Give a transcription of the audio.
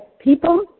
people